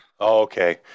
Okay